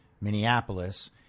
Minneapolis